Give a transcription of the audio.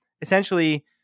essentially